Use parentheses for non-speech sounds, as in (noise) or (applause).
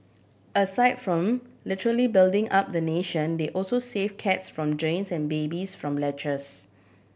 aside (unintelligible) literally building up the nation they also save cats from drains and babies from ledges